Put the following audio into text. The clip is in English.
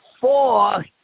four